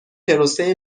پروسه